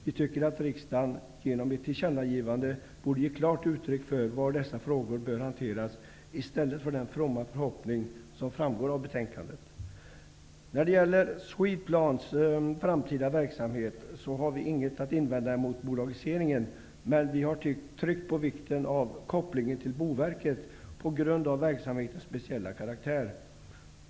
Vi tycker att riksdagen genom ett tillkännagivande borde ge klart uttryck för var dessa frågor bör hanteras i stället för den fromma förhoppning som framgår av betänkandet. När det gäller Swedeplans framtida verksamhet har vi inget att invända mot bolagiseringen men har tryckt på vikten av kopplingen till Boverket på grund av verksamhetens speciella karaktär.